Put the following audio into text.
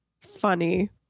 funny